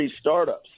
startups